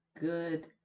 good